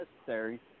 necessary